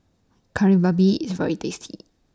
Kari Babi IS very tasty